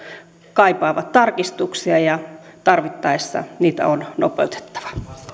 kaipaavat tarkistuksia ja tarvittaessa niitä on nopeutettava